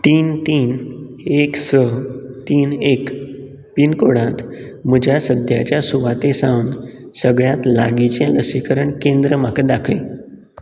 तीन तीन एक स तीन एक पिनकोडांत म्हज्या सद्याच्या सुवाते सावन सगळ्यांत लागींचें लसीकरण केंद्र म्हाका दाखय